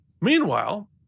Meanwhile